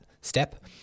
step